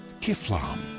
Kiflam